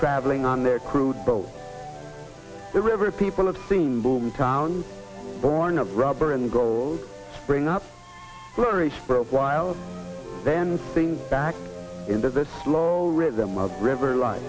traveling on their crude boat the river people have seen boom town born of rubber and gold spring up while then sings back into the slow rhythm of river life